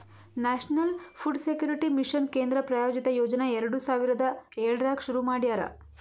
national food security mission ಕೇಂದ್ರ ಪ್ರಾಯೋಜಿತ ಯೋಜನಾ ಎರಡು ಸಾವಿರದ ಏಳರಾಗ್ ಶುರು ಮಾಡ್ಯಾರ